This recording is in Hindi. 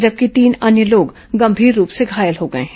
जबकि तीन अन्य लोग गंभीर रूप से घायल हो गए हैं